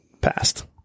passed